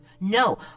No